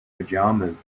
pajamas